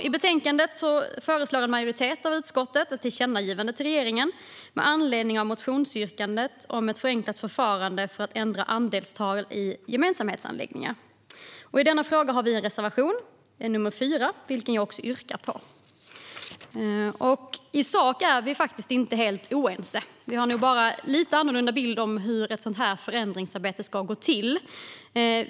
I betänkandet föreslår en majoritet i utskottet ett tillkännagivande till regeringen med anledning av motionsyrkandet om ett förenklat förfarande för att ändra andelstal i gemensamhetsanläggningar. I denna fråga har vi en reservation, reservation nr 4, som jag yrkar bifall till. I sak är vi faktiskt inte helt oense med majoriteten; vi har nog bara en lite annorlunda bild av hur ett sådant här förändringsarbete ska gå till.